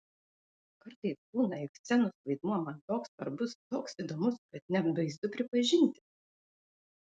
kartais būna jog scenos vaidmuo man toks svarbus toks įdomus kad net baisu pripažinti